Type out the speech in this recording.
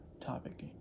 topic